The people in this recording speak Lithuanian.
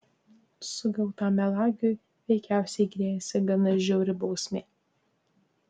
sugautam melagiui veikiausiai grėsė gana žiauri bausmė